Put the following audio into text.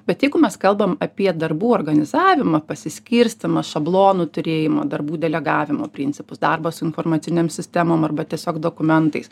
bet jeigu mes kalbam apie darbų organizavimą pasiskirstymą šablonų turėjimą darbų delegavimo principus darbą su informacinėm sistemom arba tiesiog dokumentais